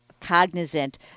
cognizant